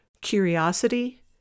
Curiosity